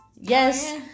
yes